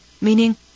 Meaning